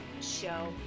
show